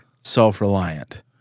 self-reliant